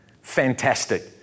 Fantastic